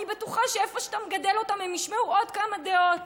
אני בטוחה שאיפה שאתה מגדל אותם הם ישמעו עוד כמה דעות.